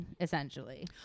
essentially